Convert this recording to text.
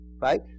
Right